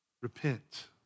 Repent